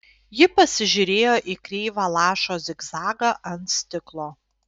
ji pasižiūrėjo į kreivą lašo zigzagą ant stiklo